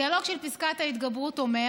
הדיאלוג של פסקת ההתגברות אומר,